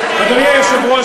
אדוני היושב-ראש,